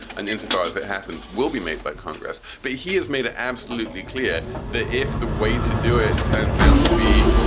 and insofar as it happens, will be made by congress. but he has made it absolutely clear that if the way to do it turns out to be,